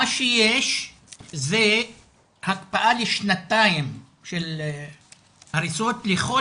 מה שיש זה הקפאה לשנתיים של הריסות לכל